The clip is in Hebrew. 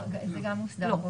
לא, זה גם מוסדר פה.